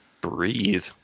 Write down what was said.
breathe